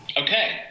okay